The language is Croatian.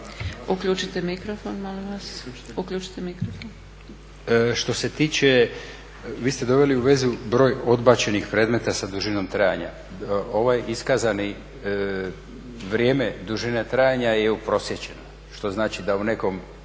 **Matešić, Goran** Što se tiče, vi ste doveli u vezu broj odbačenih predmeta sa dužinom trajanja. Ovaj iskazani, vrijeme dužine trajanja je uprosječen što znači da u nekom